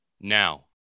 Now